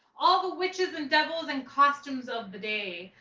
all the witches and devils and costumes of the day.